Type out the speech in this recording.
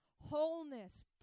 wholeness